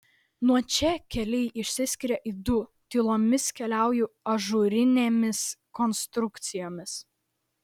nuo čia keliai išsiskiria į du tylomis keliauju ažūrinėmis konstrukcijomis